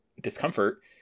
discomfort